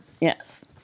Yes